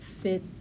fit